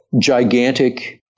gigantic